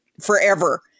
forever